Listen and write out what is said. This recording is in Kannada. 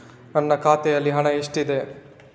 ನನ್ನ ಖಾತೆಯಲ್ಲಿ ಹಣ ಎಷ್ಟಿದೆ?